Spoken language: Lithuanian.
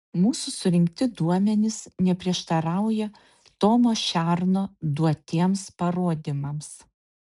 mūsų surinkti duomenys neprieštarauja tomo šerno duotiems parodymams